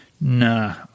Nah